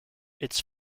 its